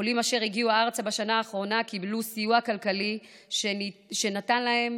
עולים אשר הגיעו ארצה בשנה האחרונה קיבלו סיוע כלכלי שנתן להם